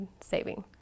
saving